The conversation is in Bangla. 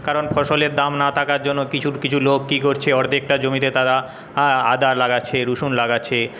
কারণ ফসলের দাম না থাকার জন্য কিছুর কিছু লোক কী করছে অর্ধেকটা জমিতে তারা আদা লাগাচ্ছে রসুন লাগাচ্ছে